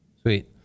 Sweet